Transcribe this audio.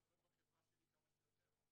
לעשות בחברה שלי כמה שיותר.